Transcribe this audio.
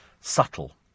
subtle